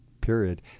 period